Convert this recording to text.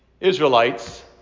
Israelites